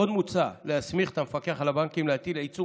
עוד מוצע להסמיך את המפקח על הבנקים להטיל עיצום